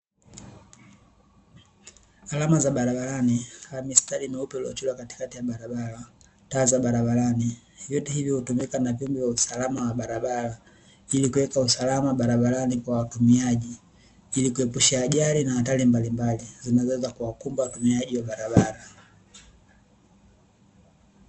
Alama za barabarani kama mistari meupe iliyochorwa katikati ya barabara, taa za barabarani, vyote hivyo hutumika na vyombo vya usalama wa barabara, ili kuweka usalama wa barabarani kwa watumiaji, ili kuepusha ajali na hatari mbalimbali zinazoweza kuwakumba watumiaji wa barabara.